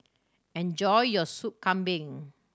enjoy your Soup Kambing